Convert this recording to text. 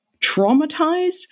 traumatized